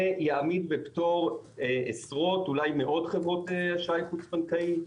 זה יעמיד בפטור עשרות או אולי אפילו מאות חברות אשראי חוץ בנקאי,